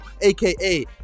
aka